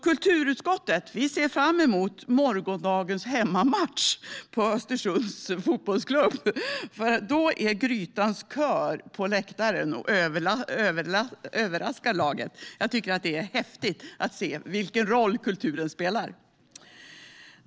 Kulturutskottet ser fram emot morgondagens hemmamatch för Östersunds fotbollsklubb, för då är Grytans kör på läktaren och överraskar laget. Jag tycker att det är häftigt att se vilken roll kulturen spelar.